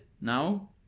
now